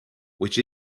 which